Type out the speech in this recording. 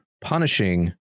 punishing